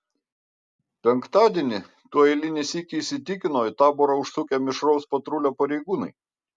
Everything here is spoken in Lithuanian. penktadienį tuo eilinį sykį įsitikino į taborą užsukę mišraus patrulio pareigūnai